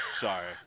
Sorry